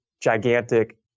gigantic